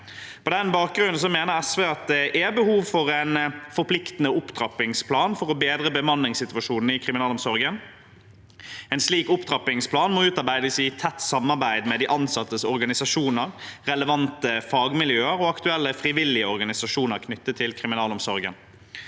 På den bakgrunn mener SV at det er behov for en forpliktende opptrappingsplan for å bedre bemanningssituasjonen i kriminalomsorgen. En slik opptrappingsplan må utarbeides i tett samarbeid med de ansattes organisasjoner, relevante fagmiljøer og aktuelle frivillige organisasjoner knyttet til kriminalomsorgen.